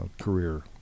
career